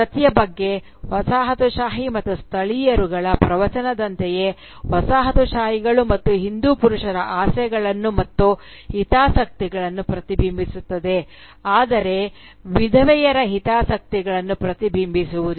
ಸತಿಯ ಬಗ್ಗೆ ವಸಾಹತುಶಾಹಿ ಮತ್ತು ಸ್ಥಳೀಯರುಗಳ ಪ್ರವಚನದಂತೆಯೇ ವಸಾಹತುಶಾಹಿಗಳು ಮತ್ತು ಹಿಂದೂ ಪುರುಷರ ಆಸೆಗಳನ್ನು ಮತ್ತು ಹಿತಾಸಕ್ತಿಗಳನ್ನು ಪ್ರತಿಬಿಂಬಿಸುತ್ತದೆ ಆದರೆ ವಿಧವೆಯರ ಹಿತಾಸಕ್ತಿಗಳನ್ನು ಪ್ರತಿಬಿಂಬಿಸುವುದಿಲ್ಲ